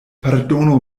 pardonu